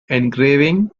engraving